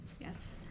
Yes